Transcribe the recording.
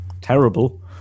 terrible